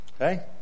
Okay